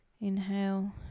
Inhale